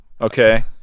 Okay